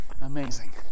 amazing